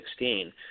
2016